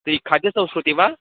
त्रि खाद्यसंस्कृतिः वा